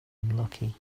unlucky